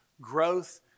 growth